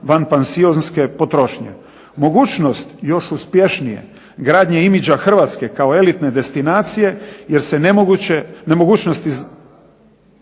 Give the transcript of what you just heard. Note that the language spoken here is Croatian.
vanpansionske potrošnje. Mogućnost još uspješnije gradnje imidža Hrvatske kao elitne destinacije jer se nemogućnosti